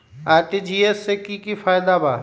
RTGS से की की फायदा बा?